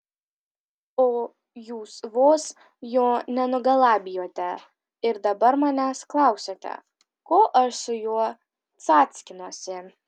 o jūs vos jo nenugalabijote ir dabar manęs klausiate ko aš su juo cackinuosi